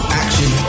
action